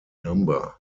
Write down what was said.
number